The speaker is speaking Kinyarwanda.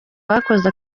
bakoze